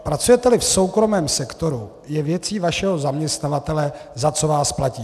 Pracujeteli v soukromém sektoru, je věcí vašeho zaměstnavatele, za co vás platí.